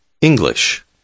English